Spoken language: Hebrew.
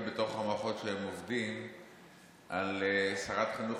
בתוך המערכות שהם עובדים על שרת חינוך,